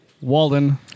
Walden